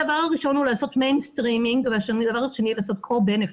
הדבר הראשון הוא לעשות מיינסטרימינג והדבר השני הוא לעשות co benefits,